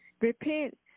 Repent